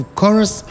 chorus